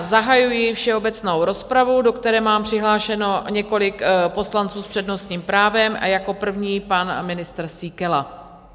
Zahajuji všeobecnou rozpravu, do které mám přihlášeno několik poslanců s přednostním právem a jako první pan ministr Síkela.